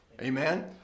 amen